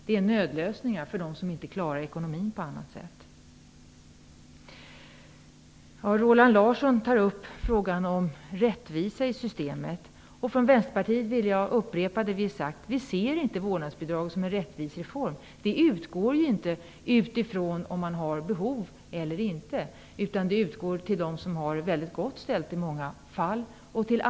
Det är en nödlösning för dem som inte klarar ekonomin på något annat sätt. Roland Larsson tar upp frågan om rättvisa i systemet. Jag vill upprepa det som Vänsterpartiet har sagt. Vi ser inte vårdnadsbidraget som en rättvis reform. Man utgår inte från om det finns behov eller inte. Vårdnadsbidraget utgår till dem som i många fall har det väldigt gott ställt.